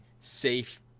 safe